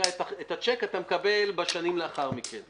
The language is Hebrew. את הצ'ק אתה מקבל שנים לאחר מכן.